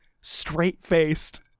straight-faced